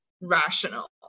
rational